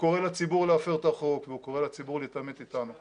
קורא לציבור להפר את החוק והוא קורא לציבור להתעמת איתנו.